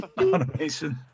automation